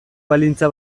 baldintza